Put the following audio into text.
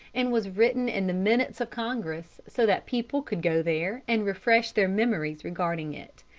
and was written in the minutes of congress, so that people could go there and refresh their memories regarding it.